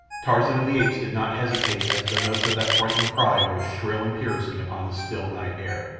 tarzan of the apes did not hesitate as the notes of that frightened cry rose shrill and piercing upon the still night air.